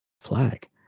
Flag